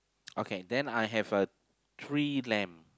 okay then I have a three lamb